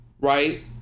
right